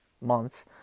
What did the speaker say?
months